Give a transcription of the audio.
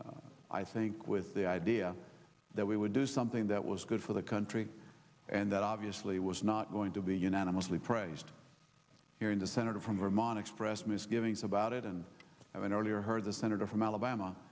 always i think with the idea that we would do something that was good for the country and that obviously was not going to be unanimously praised here in the senator from vermont expressed misgivings about it and i mean earlier heard the senator from alabama